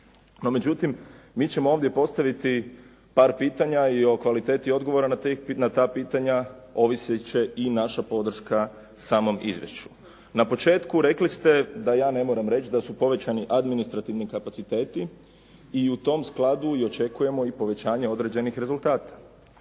međutim mi ćemo ovdje postaviti par pitanja i o kvaliteti odgovora na ta pitanja ovisit će i naša podrška samom izvješću. Na početku rekli ste da ja ne moram reći da su povećani administrativni kapaciteti i u tom skladu i očekujemo i povećanje određenih rezultata.